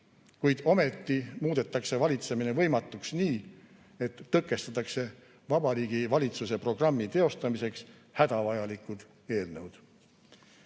kuid ometi muudetakse valitsemine võimatuks nii, et tõkestatakse Vabariigi Valitsuse programmi teostamiseks hädavajalikke eelnõusid. Juba